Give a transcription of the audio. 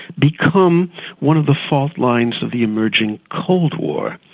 become one of the faultlines of the emerging cold war,